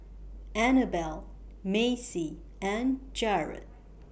Annabell Maci and Jerrod